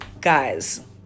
guys